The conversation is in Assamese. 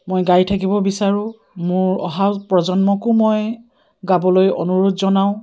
মই গাই থাকিব বিচাৰোঁ মোৰ অহা প্ৰজন্মকো মই গাবলৈ অনুৰোধ জনাওঁ